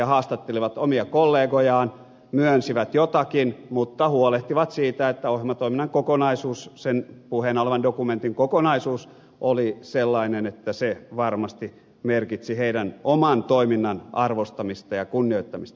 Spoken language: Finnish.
he haastattelivat omia kollegojaan myönsivät jotakin mutta huolehtivat siitä että ohjelmatoiminnan kokonaisuus sen puheena olevan dokumentin kokonaisuus oli sellainen että se varmasti merkitsi heidän oman toiminnan arvostamista ja kunnioittamista